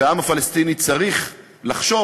העם הפלסטיני צריך לחשוב